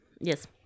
Yes